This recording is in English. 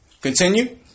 Continue